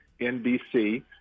NBC